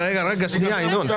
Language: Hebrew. רגע, לא סיימתי.